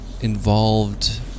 involved